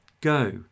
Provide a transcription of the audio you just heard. Go